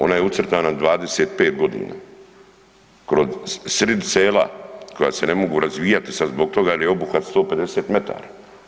Ona je ucrtana 25 godina kroz srid sela koja se ne mogu razvijati sad zbog toga jer je obuhvat 150 metara.